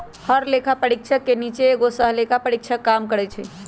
हर लेखा परीक्षक के नीचे एगो सहलेखा परीक्षक काम करई छई